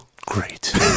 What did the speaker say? Great